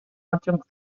adjunct